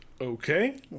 Okay